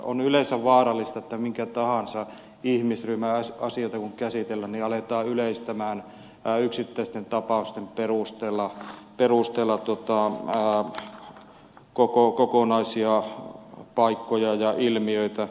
on yleensä vaarallista että kun minkä tahansa ihmisryhmän asioita käsitellään aletaan yleistää yksittäisten tapausten perusteella kokonaisia paikkoja ja ilmiöitä